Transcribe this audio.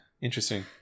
Interesting